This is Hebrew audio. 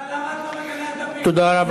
מיכל, למה את לא מגנה את הפיגועים, תודה רבה.